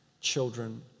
children